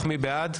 מי בעד,